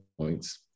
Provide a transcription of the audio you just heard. points